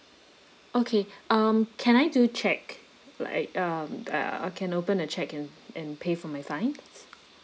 okay um can I do check like um uh can open a check and and pay for my fines